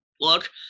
look